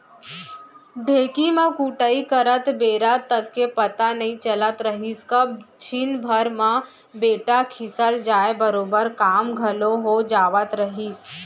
ढेंकी म कुटई करत बेरा तक के पता नइ चलत रहिस कब छिन भर म बेटा खिसल जाय बरोबर काम घलौ हो जावत रहिस